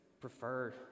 prefer